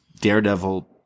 daredevil